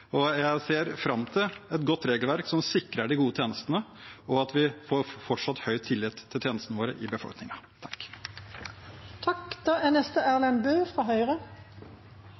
Jeg ser fram til et godt regelverk som sikrer de gode tjenestene og at vi fortsatt har høy tillit til tjenestene våre i befolkningen. Pasientsikkerhet og kvalitet i helse- og omsorgstjenesten er viktig for Høyre.